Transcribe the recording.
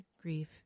grief